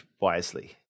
wisely